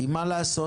כי מה לעשות?